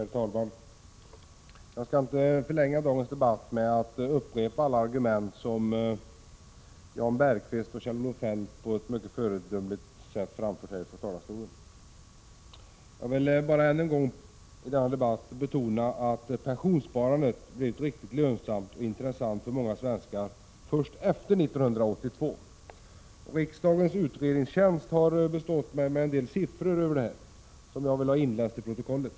Herr talman! Jag skall inte förlänga dagens debatt med att upprepa alla argument som Jan Bergqvist och Kjell-Olof Feldt på ett mycket förtjänstfullt sätt framfört från talarstolen. Jag vill bara än en gång i denna debatt betona att pensionssparandet blivit riktigt lönsamt och intressant för många svenskar först efter 1982. Riksdagens utredningstjänst har bestått mig med en del siffror som speglar detta. Dessa skulle jag vilja läsa in i protokollet.